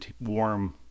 warm